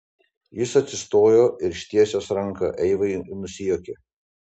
jis atsistojo ir ištiesęs ranką eivai nusijuokė